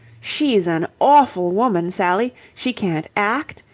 she's an awful woman, sally! she can't act,